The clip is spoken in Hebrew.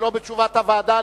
ולא בתשובת הוועדה,